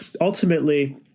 ultimately –